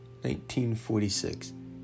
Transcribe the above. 1946